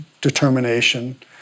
determination